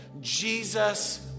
Jesus